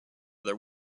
their